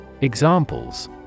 Examples